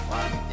one